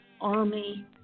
Army